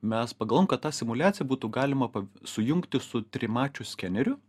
mes pagalvojom kad tą simuliaciją būtų galima pa sujungti su trimačiu skeneriu